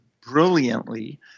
brilliantly